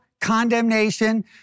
condemnation